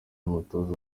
mutoza